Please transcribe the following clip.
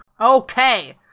okay